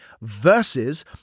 versus